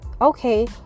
Okay